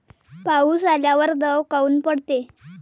पाऊस आल्यावर दव काऊन पडते?